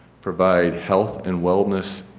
provide health and wellness